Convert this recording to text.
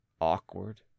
awkward